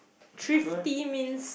thrifty means